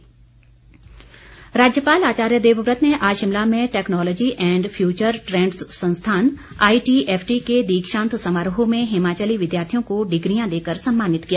राज्यपाल राज्यपाल आचार्य देवव्रत ने आज शिमला में टैक्नोलॉजी एंड फ्यूचर ट्रैंड्स संस्थान आईटीएफटी के दीक्षांत समारोह में हिमाचली विद्यार्थियों को डिग्रियां देकर सम्मानित किया